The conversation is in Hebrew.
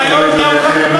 אחרי הנאום שלה אני מצביע נגד.